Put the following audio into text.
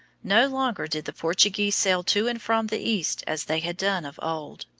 no longer did the portuguese sail to and from the east as they had done of old.